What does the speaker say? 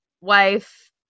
wife